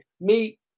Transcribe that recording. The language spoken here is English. meet